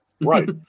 Right